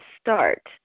start